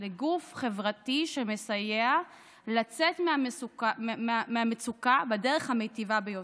לגוף חברתי שמסייע לצאת מהמצוקה בדרך המיטיבה ביותר.